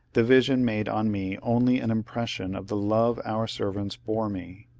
the vision made on me only an impression of the love our servants bore me.